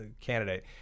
candidate